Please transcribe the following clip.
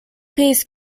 piece